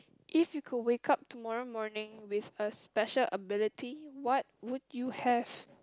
if you could wake up tomorrow morning with a special ability what would you have